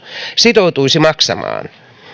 sitoutuisi maksamaan tämän vakuutusmaksun